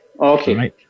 Okay